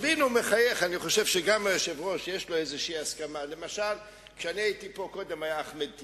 ואני באמת מאמין שהוא חשב שלא נכון להגיד את